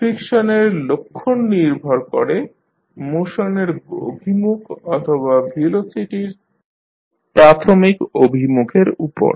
ফ্রিকশনের লক্ষণ নির্ভর করে মোশনের অভিমুখ অথবা ভেলোসিটির প্রাথমিক অভিমুখের উপর